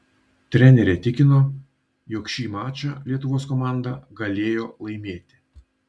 trenerė tikino jog šį mačą lietuvos komanda galėjo laimėti